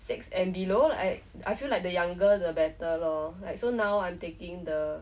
six and below I I feel like the younger the better loh like so now I'm taking the